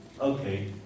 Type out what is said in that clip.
okay